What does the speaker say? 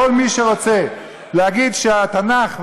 כל מי שרוצה להגיד שהתנ"ך,